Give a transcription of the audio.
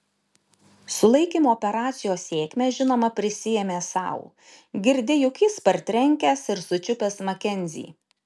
sulaikymo operacijos sėkmę žinoma prisiėmė sau girdi juk jis partrenkęs ir sučiupęs makenzį